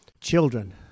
children